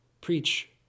preach